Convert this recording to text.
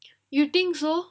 you think so